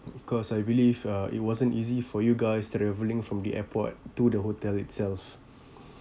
cause I believe uh it wasn't easy for you guys travelling from the airport to the hotel itself